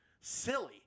silly